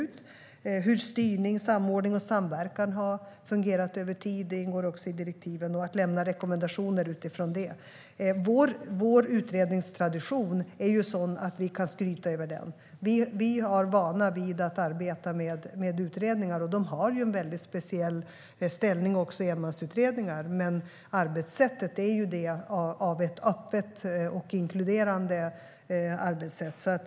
Att utreda hur styrning, samordning och samverkan har fungerat över tid ingår också i direktiven, liksom att lämna rekommendationer utifrån det. Vår utredningstradition är sådan att vi kan skryta över den. Vi har vana vid att arbeta med utredningar. Enmansutredningar har en särskild ställning, men arbetssättet är öppet och inkluderande.